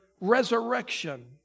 resurrection